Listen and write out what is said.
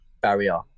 barrier